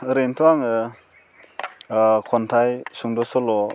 ओरैनोथ' आङो खन्थाइ सुंद' सल'